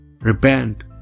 Repent